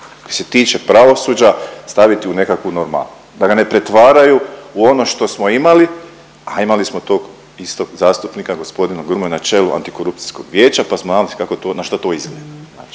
koji se tiče pravosuđa staviti u nekakvu normalu da ga ne pretvaraju u ono što smo imali, a imali smo tog istog zastupnika gospodina Grmoju na čelu antikorupcijskog vijeća pa smo jamci kako to, na što to izgleda.